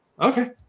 Okay